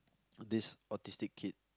this autistic kid